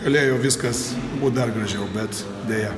galėjo viskas būt dar gražiau bet deja